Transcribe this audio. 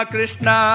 Krishna